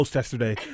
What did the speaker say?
yesterday